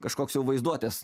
kažkoks jau vaizduotės